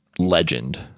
Legend